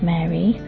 Mary